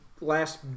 last